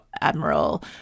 Admiral